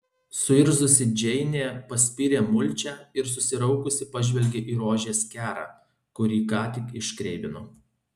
suirzusi džeinė paspyrė mulčią ir susiraukusi pažvelgė į rožės kerą kurį ką tik iškreivino